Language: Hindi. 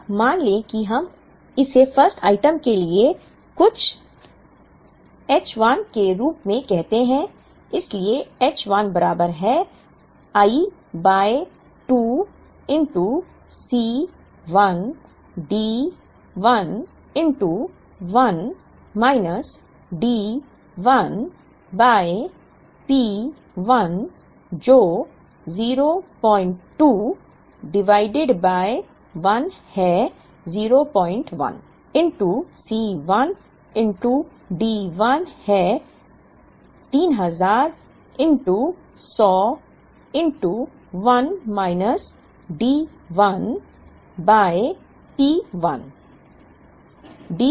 अब मान लें कि हम इसे 1st आइटम के लिए कुछ H1 के रूप में कहते हैं इसलिए H 1 बराबर है i by 2 C1 D1 1 minus D1 by P1 जो 02 डिवाइडेड बाय 1 है 01 C1 D1 है 3000 100 1 माइनस D1 बाय P1